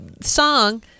song